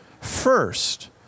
First